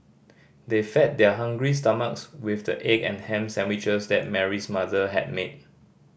they fed their hungry stomachs with the egg and ham sandwiches that Mary's mother had made